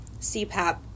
CPAP